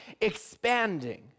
expanding